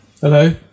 hello